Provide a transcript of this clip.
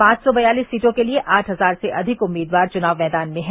पांच सौ बयालिस सीटों के लिए आठ हजार से अधिक उम्मीदवार चुनाव मैदान में हैं